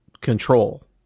control